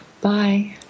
Bye